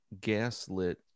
gaslit